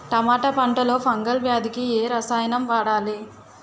టమాటా పంట లో ఫంగల్ వ్యాధికి ఏ రసాయనం వాడాలి?